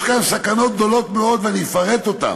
יש כאן סכנות גדולות מאוד, ואני אפרט אותן.